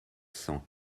cent